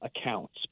accounts